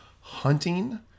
Hunting